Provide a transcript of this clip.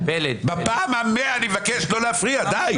בפעם ה-100 אני מבקש לא להפריע, די.